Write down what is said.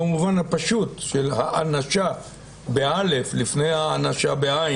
במובן הפשוט של האנשה בא' לפני הענשה בע',